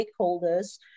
stakeholders